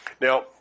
now